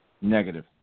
Negative